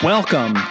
Welcome